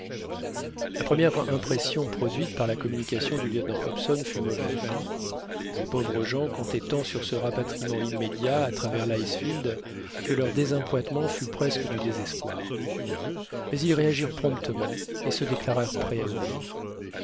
la première impression produite par la communication du lieutenant hobson fut mauvaise ces pauvres gens comptaient tant sur ce rapatriement immédiat à travers l'icefield que leur désappointement fut presque du désespoir mais ils réagirent promptement et se déclarèrent prêts à obéir